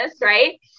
right